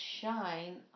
shine